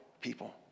people